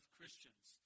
Christians